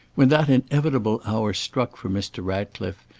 when that inevitable hour struck for mr. ratcliffe,